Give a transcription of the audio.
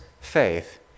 faith